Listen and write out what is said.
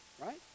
Right